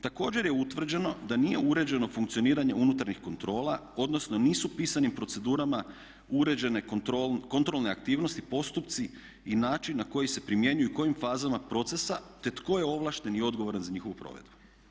Također je utvrđeno da nije uređeno funkcioniranje unutarnjih kontrola, odnosno nisu pisanim procedurama uređene kontrolne aktivnosti, postupci i način na koji se primjenjuju i kojim fazama procesa, te tko je ovlašten i odgovoran za njihovu provedbu.